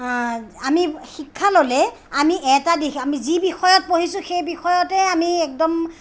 আমি শিক্ষা ল'লে আমি এটা দিশ আমি যি বিষয়ত পঢ়িছোঁ সেই বিষয়তেই আমি একদম